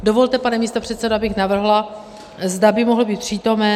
Dovolte, pane místopředsedo, abych navrhla, zda by mohl být přítomen doc.